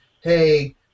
hey